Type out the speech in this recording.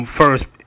first